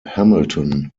hamilton